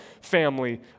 family